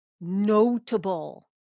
notable